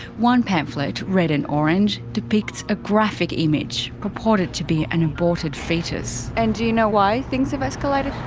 one pamphlet, red and orange, depicts a graphic image purported to be an aborted fetus. and do you know why things have escalated?